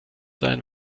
sein